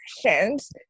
questions